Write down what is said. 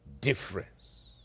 difference